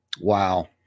Wow